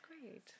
great